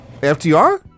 FTR